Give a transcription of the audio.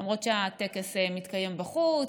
למרות שהטקס מתקיים בחוץ.